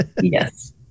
Yes